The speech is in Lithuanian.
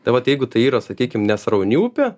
tai vat jeigu tai yra sakykim nesrauni upė